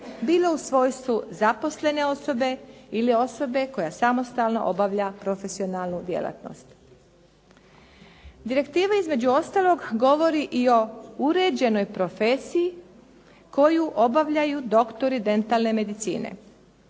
bilo u svojstvu zaposlene osobe ili osobe koja samostalno obavlja profesionalnu djelatnost. Direktiva između ostalog govori i o uređenoj profesiji koju obavljaju doktori dentalne medicine.